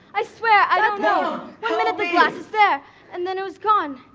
i swear i don't know. one minute the glass is there and then it was gone.